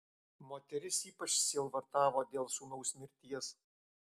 moteris ypač sielvartavo dėl sūnaus mirties